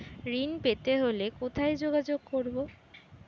ঋণ পেতে হলে কোথায় যোগাযোগ করব?